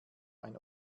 ein